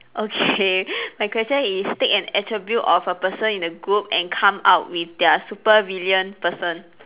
okay my question is take an attribute of a person in the group and come up with their supervillain person